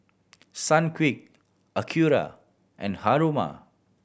Sunquick Acura and Haruma